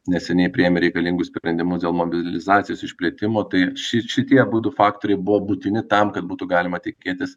neseniai priėmė reikalingus sprendimus dėl mobilizacijos išplėtimo tai ši šitie abudu faktoriai buvo būtini tam kad būtų galima tikėtis